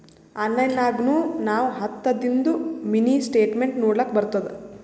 online ನಾಗ್ನು ನಾವ್ ಹತ್ತದಿಂದು ಮಿನಿ ಸ್ಟೇಟ್ಮೆಂಟ್ ನೋಡ್ಲಕ್ ಬರ್ತುದ